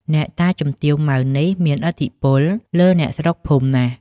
អ្នកតាជំទាវ ម៉ៅ នេះ មានឥទ្ធិពលលើអ្នកស្រុកភូមិណាស់ ។